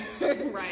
right